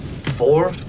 Four